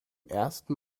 ersten